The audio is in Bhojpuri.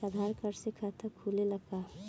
आधार कार्ड से खाता खुले ला का?